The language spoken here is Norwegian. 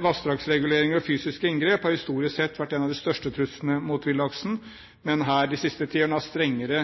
Vassdragsreguleringer og fysiske inngrep har historisk sett vært en av de største truslene mot villaksen, men de siste ti årene har strengere